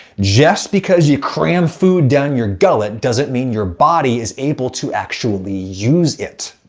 just because you cram food down your gullet doesn't mean your body is able to actually use it.